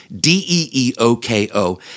D-E-E-O-K-O